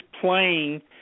playing